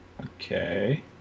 Okay